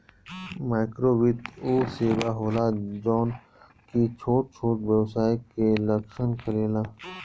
माइक्रोवित्त उ सेवा होला जवन की छोट छोट व्यवसाय के लक्ष्य करेला